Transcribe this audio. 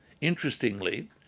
interestingly